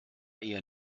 eher